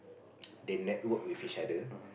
they network with each other